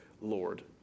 Lord